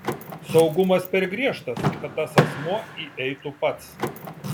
saugumas per griežtas kad tas asmuo įeitų pats